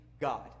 God